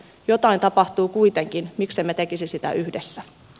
jotain tapahtuu kuitenkin miksemme tekisi sitä yhdessä